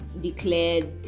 declared